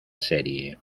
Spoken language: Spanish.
serie